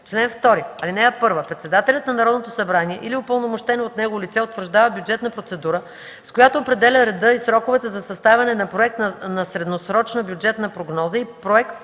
Чл. 2. (1) Председателят на Народното събрание или упълномощено от него лице утвърждава бюджетна процедура, с която определя реда и сроковете за съставянето на проект на средносрочна бюджетна прогноза и проект